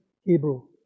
Hebrew